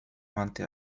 wandte